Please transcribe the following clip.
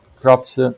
crops